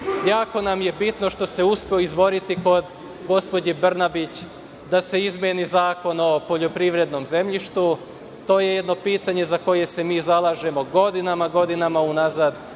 Jako nam je bitno što se uspeo izboriti kod gospođe Brnabić da se izmeni Zakon o poljoprivrednom zemljištu. To je jedno pitanje za koje se mi zalažemo godinama unazad.